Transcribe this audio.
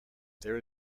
there